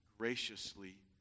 Graciously